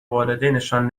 والدینشان